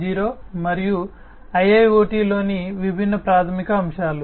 0 మరియు IIoT లోని విభిన్న ప్రాథమిక అంశాలు